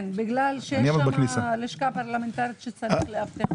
להעברות צריך אישור של ועדת הכספים.